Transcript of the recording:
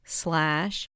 slash